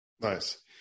Nice